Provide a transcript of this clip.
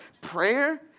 prayer